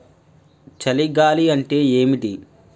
చలి గాలి అంటే ఏమిటి?